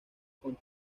con